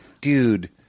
Dude